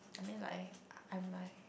I mean like I'm like